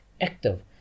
active